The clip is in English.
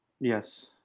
Yes